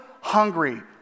hungry